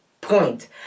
point